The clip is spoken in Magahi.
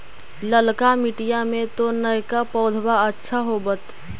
ललका मिटीया मे तो नयका पौधबा अच्छा होबत?